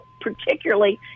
particularly